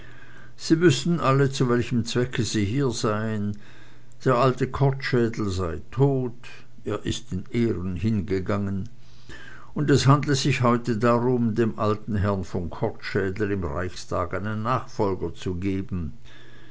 sie wüßten alle zu welchem zweck sie hier seien der alte kortschädel sei tot er ist in ehren hingegangen und es handle sich heute darum dem alten herrn von kortschädel im reichstag einen nachfolger zu geben